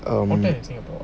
um